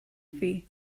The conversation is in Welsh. thi